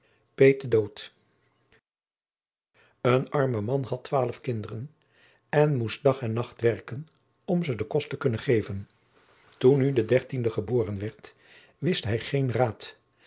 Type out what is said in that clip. de dood een arme man had twaalf kinderen en moest dag en nacht werken om ze den kost te kunnen geven toen nu het dertiende geboren werd wist hij geen raad